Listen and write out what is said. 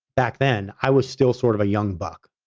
back then, i was still sort of a young buck.